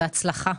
בהצלחה.